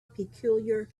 peculiar